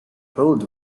hold